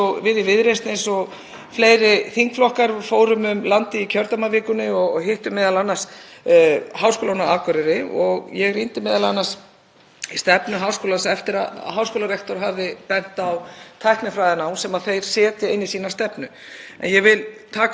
í stefnu háskólans eftir að háskólarektor hafði bent á tæknifræðinám sem þeir setja inn í sína stefnu. Ég vil taka undir það sem þar segir, með leyfi forseta: „Í heimi þar sem er ofgnótt upplýsinga en skortur á visku og þekkingu til að nýta þær á réttan hátt verða háskólarnir miðpunktur.